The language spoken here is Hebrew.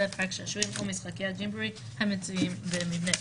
מתחם שעשועים או משחקייה ג'ימבורי המצויים במבנה.